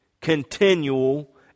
continual